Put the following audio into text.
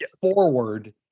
forward